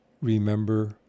remember